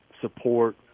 support